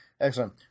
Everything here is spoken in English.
Excellent